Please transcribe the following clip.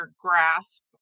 grasp